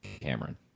Cameron